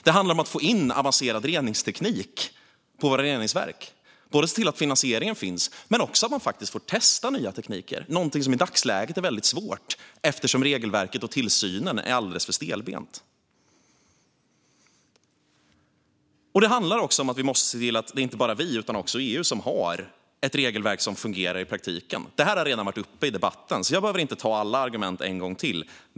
Det handlar om att få in avancerad reningsteknik på våra reningsverk och om att både se till att finansieringen finns och faktiskt testa nya tekniker, något som i dagsläget är svårt eftersom regelverket och tillsynen är alldeles för stelbenta. Det handlar också om att vi måste se till att inte bara vi utan också EU har ett regelverk som fungerar i praktiken. Detta har redan tagits upp i debatten, så jag behöver inte ta alla argument en gång till.